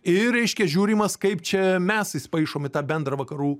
ir reiškia žiūrimas kaip čia mes paišom į tą bendrą vakarų